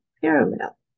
parallel